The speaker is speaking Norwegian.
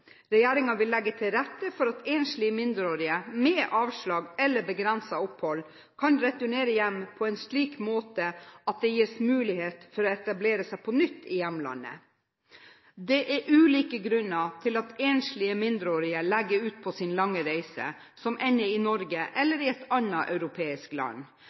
vil legge til rette for at enslige mindreårige med avslag eller begrenset opphold kan returnere hjem på en slik måte at det gis mulighet for å etablere seg på nytt i hjemlandet. Det er ulike grunner til at enslige mindreårige legger ut på sin lange reise som ender i Norge, eller i et annet europeisk land.